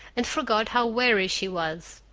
and forgot how weary she was.